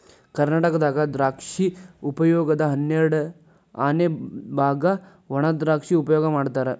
ಕರ್ನಾಟಕದಾಗ ದ್ರಾಕ್ಷಿ ಉಪಯೋಗದ ಹನ್ನೆರಡಅನೆ ಬಾಗ ವಣಾದ್ರಾಕ್ಷಿ ಉಪಯೋಗ ಮಾಡತಾರ